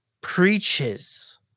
preaches